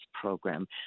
program